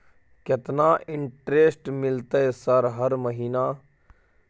केतना इंटेरेस्ट मिलते सर हर महीना?